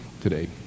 today